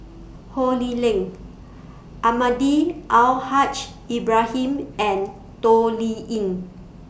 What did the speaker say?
Ho Lee Ling Almahdi Al Haj Ibrahim and Toh Liying